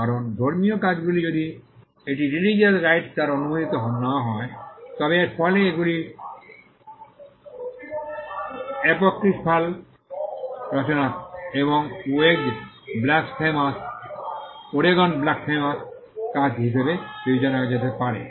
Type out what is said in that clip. কারণ ধর্মীয় কাজগুলি যদি এটি রিলিজিয়াস রাইটস দ্বারা অনুমোদিত না হয় তবে এর ফলে এগুলি এপোক্রিফাল রচনা এবং ওরেগন ব্লাসফেমাস কাজ হিসাবে বিবেচনা করা যেতে পারে